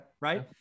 Right